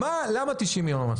90 ימים?